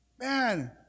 Man